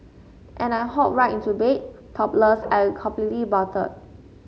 and I hop right into bed topless and completely buttered